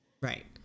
Right